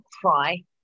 cry